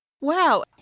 Wow